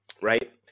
Right